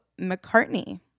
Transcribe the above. McCartney